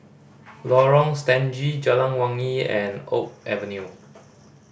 Lorong Stangee Jalan Wangi and Oak Avenue